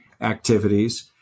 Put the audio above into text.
activities